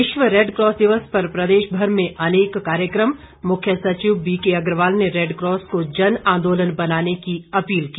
विश्व रेडकॉस दिवस पर प्रदेशभर में अनेक कार्यक्रम आयोजित मुख्य सचिव बी के अग्रवाल ने रेडक्रॉस को जनआंदोलन बनाने की अपील की